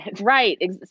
Right